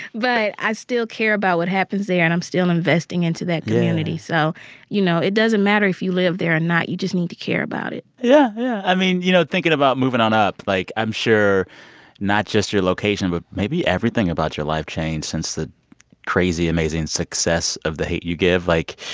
but i still care about what happens there, and i'm still investing into that community yeah so you know, it doesn't matter if you live there or and not. you just need to care about it yeah. yeah. i mean, you know, thinking about moving on up, like, i'm sure not just your location, but maybe everything about your life changed since the crazy, amazing success of the hate u give. like,